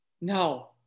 No